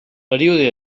període